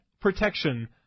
protection